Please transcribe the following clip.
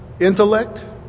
intellect